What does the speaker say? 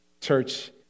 church